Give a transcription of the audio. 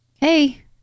Hey